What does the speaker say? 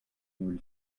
will